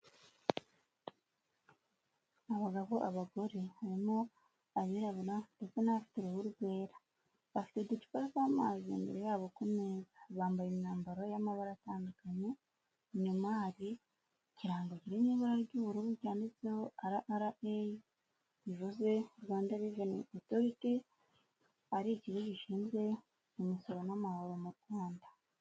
abagabo abagore harimo abirabura ndetse ndetse'abafite uruhu rwera bafiteducupa tw'amazi imbere yabo ku meza bambaye imyambaro y'amabara atandukanye inyuma hari ikirango ryibara ry'ubururu ryanditseho rivuze rwanda reveni otoriti ari ikigo gishinzwe imisoro n'amahoro mu rwanda.